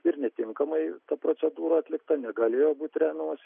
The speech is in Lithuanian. ir netinkamai ta procedūra atlikta negalėjo būt remiamasi